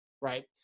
right